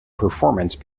performance